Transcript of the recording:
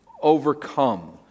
overcome